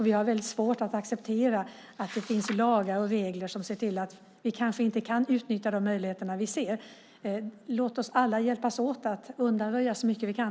Vi har väldigt svårt att acceptera att det finns lagar och regler som ser till att vi kanske inte kan utnyttja de möjligheter vi ser. Låt oss alla hjälpas åt att undanröja så mycket vi kan.